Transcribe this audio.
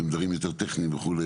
שהם דברים יותר טכניים וכולה,